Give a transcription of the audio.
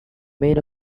main